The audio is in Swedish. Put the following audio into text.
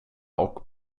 och